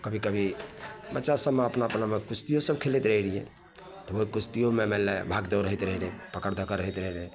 कभी कभी बच्चा सभमे अपना अपनामे कुश्तिओसब खेलैत रहै रहिए बहुत कुश्तिओमे मानि ले भाग दौड़ होइत रहै रहै पकड़ धकड़ होइत रहैत रहै रहै